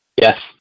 Yes